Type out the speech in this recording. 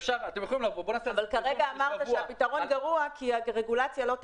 אבל כרגע אמרת שהפתרון גרוע כי הרגולציה לא תעבוד.